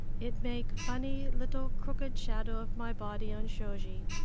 it make funny little crooked shadow of my body on shoji.